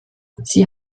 sie